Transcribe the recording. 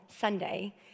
Sunday